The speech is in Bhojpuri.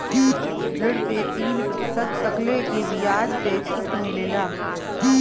ऋण पे तीन प्रतिशत तकले के बियाज पे छुट मिलेला